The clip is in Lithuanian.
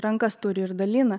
rankas turi ir dalina